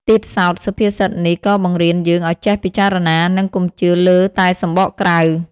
ទៀតសោធសុភាសិតនេះក៏បង្រៀនយើងឱ្យចេះពិចារណា និងកុំជឿលើតែសម្បកក្រៅ។